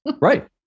Right